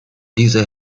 dieser